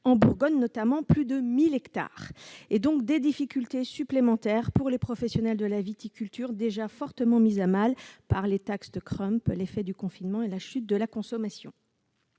en Bourgogne, par exemple. Cela représente des difficultés supplémentaires pour les professionnels de la viticulture, déjà fortement mis à mal par les taxes Trump, les effets du confinement et la chute de la consommation.